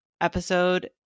episode